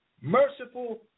merciful